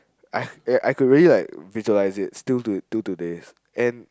and I ya I could really like visualise it still to till today